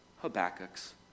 Habakkuk's